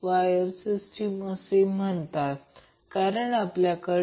34Ω आहे परंतु हा C म्हणजे C XC बदलत आहे